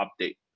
update